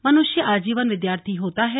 मनुष्य आजीवन विद्यार्थी होता है